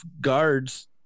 guards